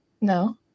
no